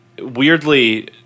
Weirdly